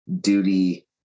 duty